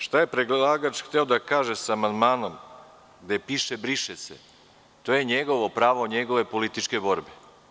Šta je predlagač hteo da kaže sa amandmanom gde piše – briše se, to je njegovo pravo, njegove političke borbe.